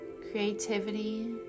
creativity